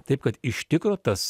taip kad iš tikro tas